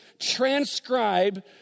transcribe